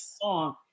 song